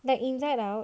like inside out